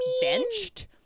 benched